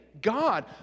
God